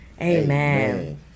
amen